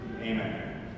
Amen